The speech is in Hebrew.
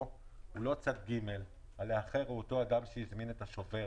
תחבורה יבשתית נוסע לא יאכל במהלך השהייה בכלי תחבורה